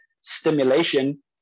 stimulation